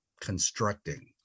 constructing